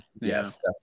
Yes